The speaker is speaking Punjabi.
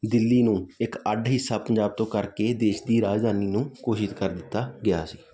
ਦਿੱਲੀ ਨੂੰ ਇੱਕ ਅੱਡ ਹਿੱਸਾ ਪੰਜਾਬ ਤੋਂ ਕਰਕੇ ਦੇਸ਼ ਦੀ ਰਾਜਧਾਨੀ ਨੂੰ ਘੋਸ਼ਿਤ ਕਰ ਦਿੱਤਾ ਗਿਆ ਸੀ